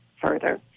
further